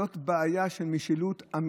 זאת בעיה אמיתית של משילות.